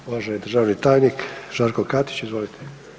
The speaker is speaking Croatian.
Uvaženi državni tajnik Žarko Katić, izvolite.